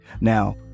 now